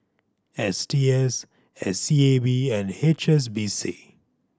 S T S S C A B and H S B C